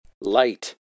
Light